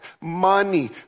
money